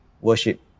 Worship